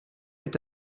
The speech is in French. est